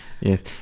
yes